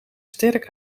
sterk